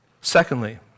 Secondly